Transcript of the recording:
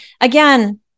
Again